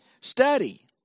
Study